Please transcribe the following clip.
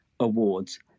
Awards